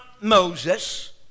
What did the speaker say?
Moses